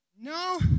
No